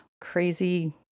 crazy